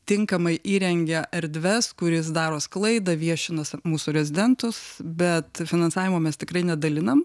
tinkamai įrengia erdves kur jis daro sklaidą viešina mūsų rezidentus bet finansavimo mes tikrai nedalinam